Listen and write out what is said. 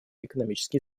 экономический